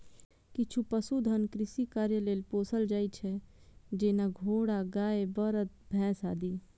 किछु पशुधन कृषि कार्य लेल पोसल जाइ छै, जेना घोड़ा, गाय, बरद, भैंस आदि